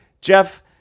Jeff